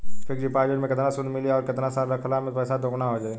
Fix deposit मे केतना सूद मिली आउर केतना साल रखला मे पैसा दोगुना हो जायी?